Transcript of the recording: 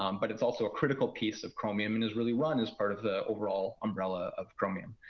um but it's also a critical piece of chromium and is really run as part of the overall umbrella of chromium.